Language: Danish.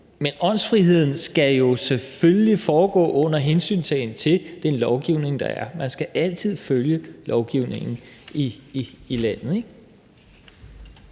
Men åndsfriheden skal jo selvfølgelig være under hensyntagen til den lovgivning, der er. Man skal altid følge lovgivningen i landet,